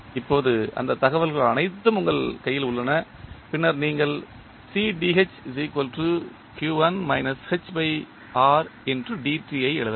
இப்போது அந்த தகவல்கள் அனைத்தும் உங்கள் கையில் உள்ளன பின்னர் நீங்கள் ஐ எழுதலாம்